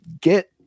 get